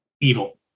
evil